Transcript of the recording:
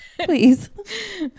please